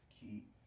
keep